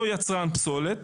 אותו יצרן פסולת,